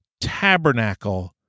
tabernacle